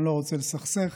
אני לא רוצה לסכסך,